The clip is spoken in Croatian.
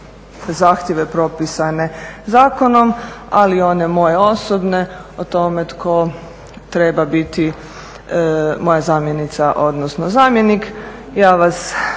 zahtjeve propisane zakonom ali i one moje osobne o tome tko treba biti moja zamjenica, odnosno zamjenik. Ja vas